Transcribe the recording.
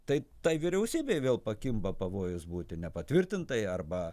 tai tai vyriausybei vėl pakimba pavojus būti nepatvirtintai arba